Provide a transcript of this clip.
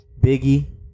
Biggie